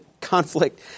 conflict